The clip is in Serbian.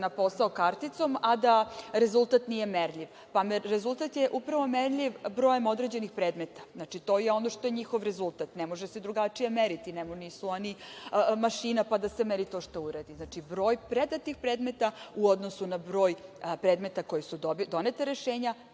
na posao karticom, a da rezultat nije merljiv. Rezultat je upravo merljiv brojem određenih predmeta. Znači, to je ono što je njihov rezultat, ne može se drugačije meriti, nisu oni mašina, pa da se meri to što urade. Znači, broj predatih predmeta u odnosu na broj predmeta za koja su doneta rešenja,